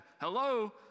hello